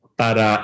para